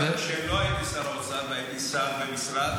גם כשלא הייתי שר האוצר והייתי שר במשרד,